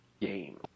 game